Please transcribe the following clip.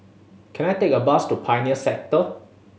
can I take a bus to Pioneer Sector